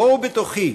בואו בתוכי,